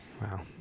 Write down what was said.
Wow